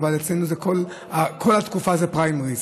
אבל אצלנו כל התקופה זה פריימריז.